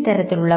ആണ് പലപ്പോഴും ശ്രമിക്കുന്നത് അവർ നെഗറ്റീവ് വികാരങ്ങൾ മറ്റുള്ളവർക്കു മുന്നിൽ പ്രകടിപ്പിക്കുവാൻ താല്പര്യപ്പെടുന്നില്ല